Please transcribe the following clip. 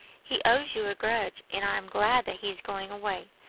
he owes you a grudge, and i am glad that he is going away,